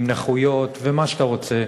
עם נכויות ומה שאתה רוצה,